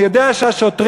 אני יודע שהשוטרים,